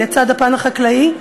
לצד הפן החקלאי: